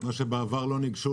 בעבר לא ניגשו,